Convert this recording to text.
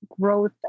growth